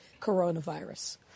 coronavirus